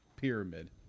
Pyramid